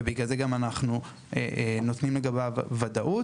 ובגלל זה גם אנחנו נותנים לגביו ודאות.